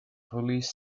police